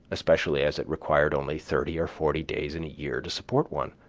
especially as it required only thirty or forty days in a year to support one.